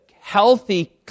healthy